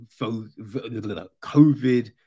COVID